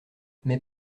mais